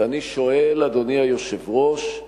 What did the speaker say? ואני שואל, אדוני היושב-ראש: